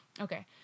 okay